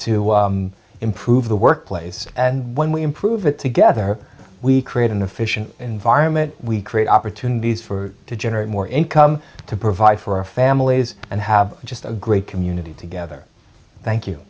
to improve the workplace and when we improve it together we create in the fish an environment we create opportunities for to generate more income to provide for our families and have just a great community together thank you